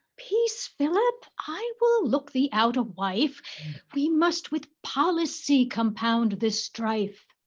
peace philip, i will look thee out a wife we must with policy compound this strife.